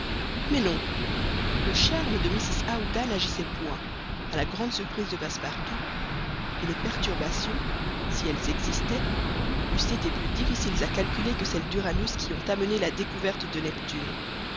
mais non le charme de mrs aouda n'agissait point à la grande surprise de passepartout et les perturbations si elles existaient eussent été plus difficiles à calculer que celles d'uranus qui l'ont amené la découverte de neptune